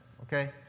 okay